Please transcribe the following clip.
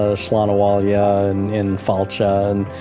ah shlonowalla, yeah and infaltcha, and